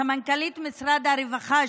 סמנכ"לית משרד הרווחה,